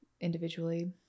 individually